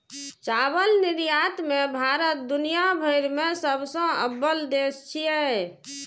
चावल निर्यात मे भारत दुनिया भरि मे सबसं अव्वल देश छियै